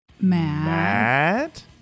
Matt